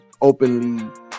openly